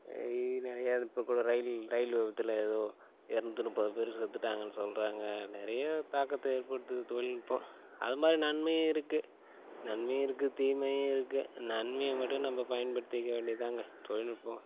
நிறையா இப்போ கூட ரயில் ரயில் விபத்தில் ஏதோ எரநூத்தி முப்பது பேர் செத்துவிட்டாங்கன்னு சொல்கிறாங்க நிறைய தாக்கத்தை ஏற்படுத்துது தொழில்நுட்பம் அதுமாதிரி நன்மையும் இருக்குது நன்மையும் இருக்குது தீமையும் இருக்குது நன்மையை மட்டும் நம்ம பயன்படுத்திக்க வேண்டியது தான்ங்க தொழில்நுட்பம்